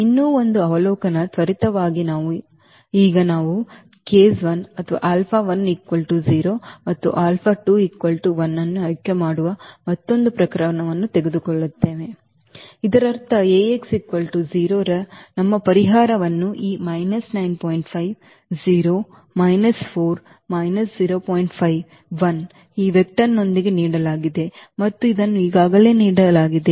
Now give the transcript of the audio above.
ಇನ್ನೂ ಒಂದು ಅವಲೋಕನ ತ್ವರಿತವಾಗಿ ನಾವು ಈಗ ನಾವು case ಅನ್ನು ಆಯ್ಕೆ ಮಾಡುವ ಮತ್ತೊಂದು ಪ್ರಕರಣವನ್ನು ತೆಗೆದುಕೊಳ್ಳುತ್ತೇವೆ ಇದರರ್ಥ ಈ ರ ನಮ್ಮ ಪರಿಹಾರವನ್ನು ಈ ಈ ವೆಕ್ಟರ್ನೊಂದಿಗೆ ನೀಡಲಾಗಿದೆ ಮತ್ತು ಇದನ್ನು ಈಗಾಗಲೇ ನೀಡಲಾಗಿದೆ